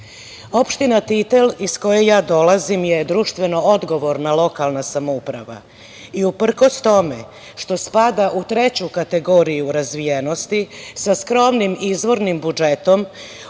radnji. Opština Titel, iz koje ja dolazim, je društveno odgovorna lokalna samouprava i, uprkos tome što spada u treću kategoriju razvijenosti sa skromnim izvornim budžetom